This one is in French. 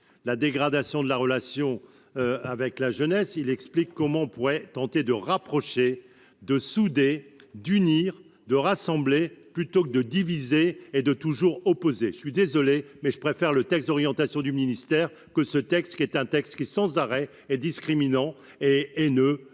la dégradation de la relation avec la jeunesse, il explique comment pourrait tenter de rapprocher de souder d'unir, de rassembler plutôt que de diviser et de toujours opposé, je suis désolé, mais je préfère le texte d'orientation du ministère que ce texte qui est un texte qui sans arrêt et discriminant et et ne